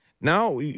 now